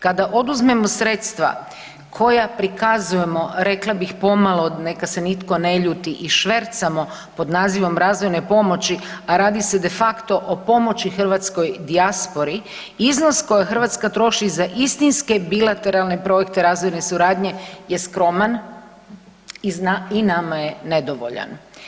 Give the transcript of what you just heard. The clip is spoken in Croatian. Kada oduzmemo sredstva koja prikazujemo rekla bih pomalo, neka se nitko ne ljuti i švercamo pod nazivom razvojne pomoći, a radi se de facto o pomoći hrvatskoj dijaspori iznos koji Hrvatska troši za istinske bilateralne projekte razvojne suradnje je skroman i nama je nedovoljan.